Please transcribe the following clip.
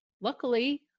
luckily